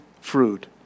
fruit